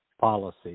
policy